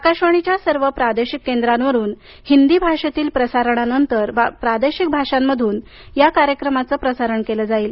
आकाशवाणीच्या सर्व प्रादेशिक केंद्रांवरून हिंदी भाषेतील प्रसारणानंतर प्रादेशिक भाषांमधून या कार्यक्रमाचे प्रसारण केले जाईल